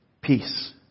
Peace